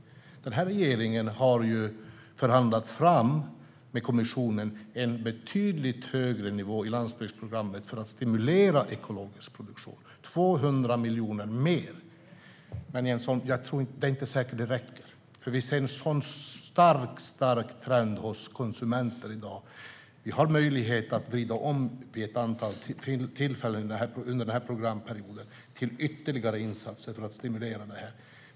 Men den här regeringen har med kommissionen förhandlat fram en betydligt högre nivå i landsbygdsprogrammet för att stimulera ekologisk produktion. Det är 200 miljoner mer. Men, Jens Holm, det är inte säkert att det räcker. Vi ser en sådan stark trend hos konsumenterna i dag, och vi har möjlighet vid ett antal tillfällen under den här programperioden att vrida om till ytterligare insatser för att stimulera det här.